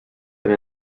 then